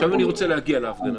עכשיו אני רוצה להגיע להפגנה.